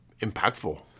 impactful